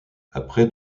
après